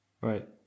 Right